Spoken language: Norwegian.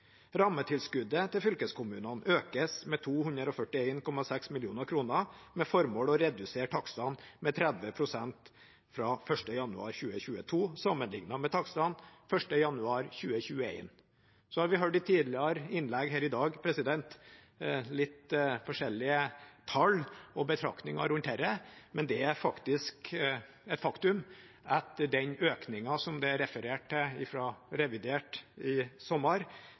Rammetilskuddet til fylkeskommunene økes med 241,6 mill. kr med formål om å redusere takstene med 30 pst. fra 1. januar 2022 sammenliknet med takstene 1. januar 2021. I tidligere innlegg her i dag har vi hørt litt forskjellige tall og betraktninger rundt dette, men det er et faktum at den økningen som det er referert til fra revidert i sommer,